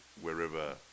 wherever